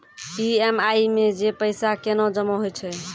EMI मे जे पैसा केना जमा होय छै?